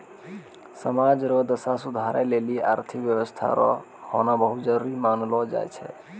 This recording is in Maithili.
समाज रो दशा सुधारै लेली आर्थिक व्यवस्था रो होना बहुत जरूरी मानलौ जाय छै